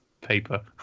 paper